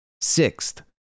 Sixth